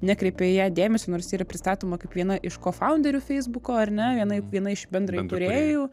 nekreipia į ją dėmesio nors yra pristatoma kaip viena iš kofaunderių feisbuko ar ne vienaip viena iš bendraįkūrėjų